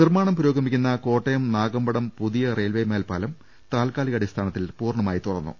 നിർമാണം പുരോഗമിക്കുന്ന കോട്ടയം നാഗമ്പടം പുതിയ റെയിൽവെ മേൽപ്പാലം താൽക്കാലികാടിസ്ഥാനത്തിൽ പൂർണ മായി തുറന്നു